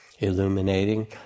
illuminating